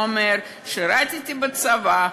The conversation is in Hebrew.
הוא אומר: שירתי בצבא,